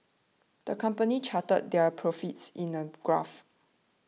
the company charted their profits in a graph